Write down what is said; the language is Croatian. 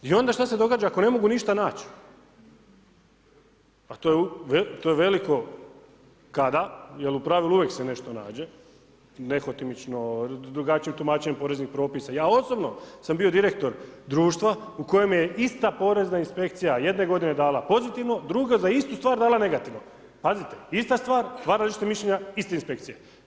I onda šta se događa ako ne mogu ništa naći, a to je veliko, kada, jer u pravilu uvijek se nešto nađe, nehotimično, drugačije tumačenje poreznih propisa, ja osobno sam bio direktor društva, u kojem je ista porezna inspekcija, jedne godine dala pozitivno, druga za istu stvar dala negativno, pazite, ista stvar, dva različita mišljenja, ista inspekcija.